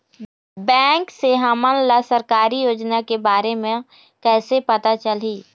Bank से हमन ला सरकारी योजना के बारे मे कैसे पता चलही?